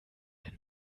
ein